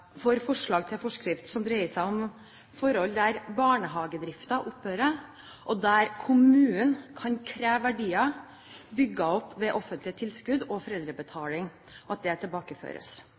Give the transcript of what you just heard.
for forslag til forskrift som dreier seg om forhold der barnehagedriften opphører, og der kommunen kan kreve at verdier bygget opp ved offentlige tilskudd og foreldrebetalingen tilbakeføres.